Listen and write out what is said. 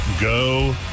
go